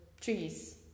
trees